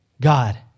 God